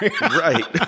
Right